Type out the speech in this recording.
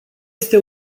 este